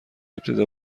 ابتدا